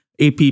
AP